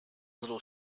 little